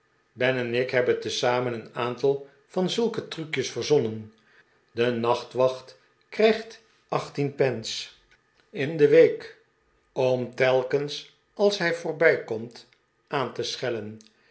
ben en ik hebben tezamen een aantal van zulke trucjes verzonnen de nachtwacht krijgt achttien pence in de week om telkens als hij voorbijkomt aan te schellenj